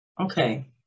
Okay